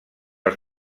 els